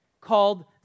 called